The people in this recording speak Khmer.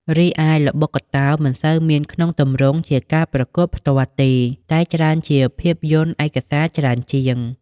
រីឯល្បុក្កតោ មិនសូវមានក្នុងទម្រង់ជាការប្រកួតផ្ទាល់ទេ តែច្រើនជាភាពយន្តឯកសារច្រើនជាង។